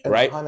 Right